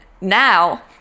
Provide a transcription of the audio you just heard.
now